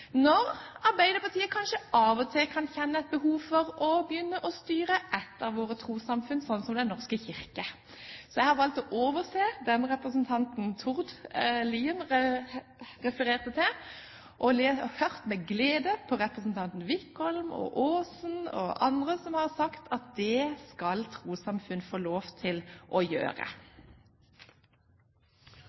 når Arbeiderpartiet kanskje av og til kan kjenne et behov for å begynne å styre ett av våre trossamfunn, slik som Den norske kirke. Jeg har valgt å overse det representanten Tord Lien refererte til, og har med glede hørt representantene Wickholm, Aasen og andre som har sagt at det skal trossamfunn selv få lov til å gjøre.